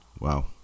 Wow